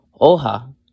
Oha